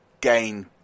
gain